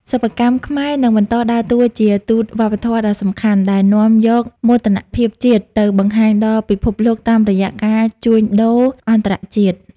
សិប្បកម្មខ្មែរនឹងបន្តដើរតួជាទូតវប្បធម៌ដ៏សំខាន់ ដែលនាំយកមោទនភាពជាតិទៅបង្ហាញដល់ពិភពលោកតាមរយៈការជួញដូរអន្តរជាតិ។